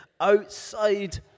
outside